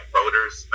Voters